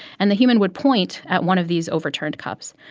and the human would point at one of these overturned cups.